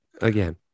again